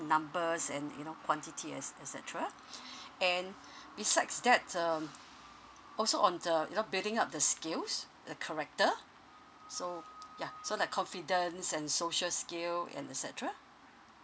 numbers and you know quantity et et cetera and besides that um also on the you know building up the skills the character so ya so like confidence and social skill and et cetera